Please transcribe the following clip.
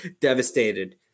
devastated